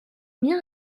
miens